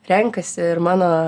renkasi ir mano